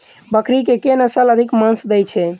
बकरी केँ के नस्ल अधिक मांस दैय छैय?